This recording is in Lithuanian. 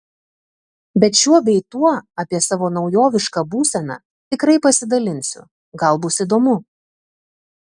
bet šiuo bei tuo apie savo naujovišką būseną tikrai pasidalinsiu gal bus įdomu